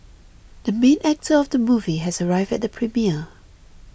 the main actor of the movie has arrived at the premiere